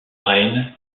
brain